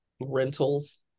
rentals